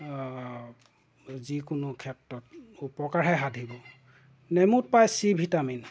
যিকোনো ক্ষেত্ৰত উপকাৰহে সাধিব নেমুত পায় চি ভিটামিন